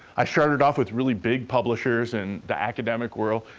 i started off with really big publishers in the academic world,